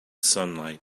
sunlight